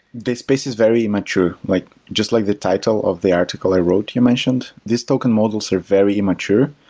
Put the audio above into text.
this space is very immature, like just like the title of the article i wrote you mentioned. these token models are very immature.